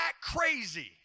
Crazy